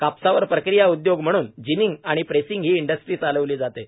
कापसावर प्रक्रिया उदयोग म्हणून जिनिंग आणि प्रेसिंग ही इंडस्ट्रीज चालविली जाते